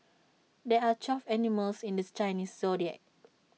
there are twelve animals in this Chinese Zodiac